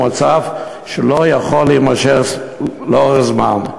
זה מצב שלא יכול להימשך לאורך זמן.